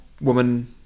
woman